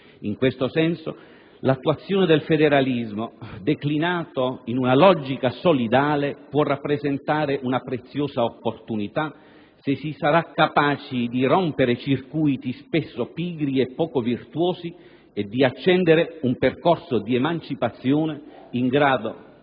In questo senso, l'attuazione del federalismo, declinato in una logica solidale, può rappresentare una preziosa opportunità se si sarà capaci di rompere circuiti spesso pigri e poco virtuosi e di accendere un percorso di emancipazione in grado